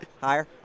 higher